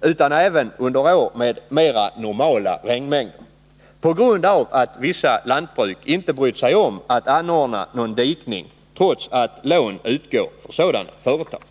utan även under år med mer normala regnmängder — på grund av att vissa lantbruk inte brytt sig om att ordna någon dikning, trots att lån utgår för sådana företag.